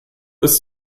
ist